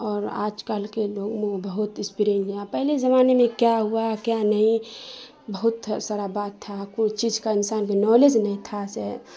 اور آج کل کے لوگوں میں بہت اسپرنگ ہے پہلے زمانے میں کیا ہوا کیا نہیں بہت سارا بات تھا کوئی چیز کا انسان کی نالج نہیں تھا سے